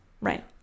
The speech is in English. right